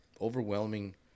overwhelming